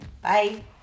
Bye